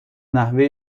نحوه